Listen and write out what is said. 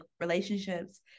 relationships